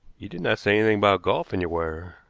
you did not say anything about golf in your wire.